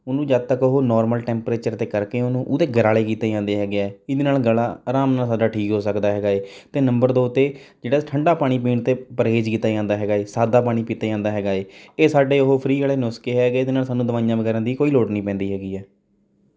ਉਹਨੂੰ ਜਦ ਤੱਕ ਉਹ ਨੋਰਮਲ ਟੈਂਪਰੇਚਰ 'ਤੇ ਕਰਕੇ ਉਹਨੂੰ ਉਹਦੇ ਗਰਾਲ਼ੇ ਕੀਤੇ ਜਾਂਦੇ ਹੈਗੇ ਹੈ ਇਹਦੇ ਨਾਲ ਗਲਾ ਆਰਾਮ ਨਾਲ ਤੁਹਾਡਾ ਠੀਕ ਹੋ ਸਕਦਾ ਹੈਗਾ ਏ ਅਤੇ ਨੰਬਰ ਦੋ 'ਤੇ ਜਿਹੜਾ ਠੰਡਾ ਪਾਣੀ ਪੀਣ ਤੋਂ ਪਰਹੇਜ਼ ਕੀਤਾ ਜਾਂਦਾ ਹੈਗਾ ਏ ਸਾਦਾ ਪਾਣੀ ਪੀਤਾ ਜਾਂਦਾ ਹੈਗਾ ਏ ਇਹ ਸਾਡੇ ਉਹ ਫਰੀ ਵਾਲੇ ਨੁਸਖੇ ਹੈਗੇ ਇਹਦੇ ਨਾਲ ਸਾਨੂੰ ਦਵਾਈਆਂ ਵਗੈਰਾ ਦੀ ਕੋਈ ਲੋੜ ਨਹੀਂ ਪੈਂਦੀ ਹੈਗੀ ਹੈ